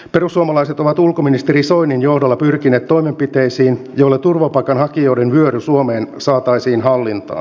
perussuomalaiset ovat ulkoministeri soinin johdolla pyrkineet toimenpiteisiin joilla turvapaikanhakijoiden vyöry suomeen saataisiin hallintaan